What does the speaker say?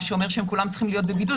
מה שאומר שכולם צריכים להיות בבידוד,